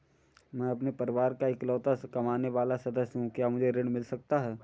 मैं अपने परिवार का इकलौता कमाने वाला सदस्य हूँ क्या मुझे ऋण मिल सकता है?